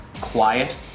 quiet